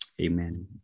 Amen